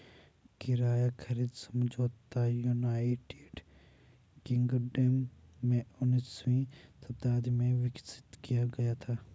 किराया खरीद समझौता यूनाइटेड किंगडम में उन्नीसवीं शताब्दी में विकसित किया गया था